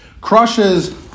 crushes